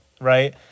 right